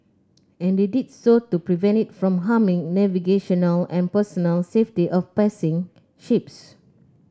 and they did so to prevent it from harming navigational and personnel safety of passing ships